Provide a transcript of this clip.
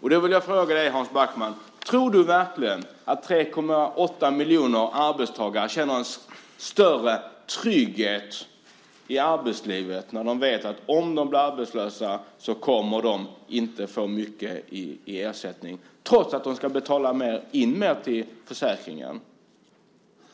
Jag vill fråga dig, Hans Backman: Tror du verkligen att 3,8 miljoner arbetstagare känner en större trygghet i arbetslivet när de vet att om de blir arbetslösa kommer de inte att få mycket i ersättning, trots att de ska betala in mer till försäkringen?